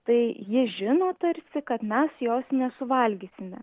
tai ji žino tarsi kad mes jos nesuvalgysime